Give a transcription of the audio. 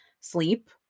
sleep